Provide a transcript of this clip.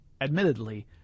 admittedly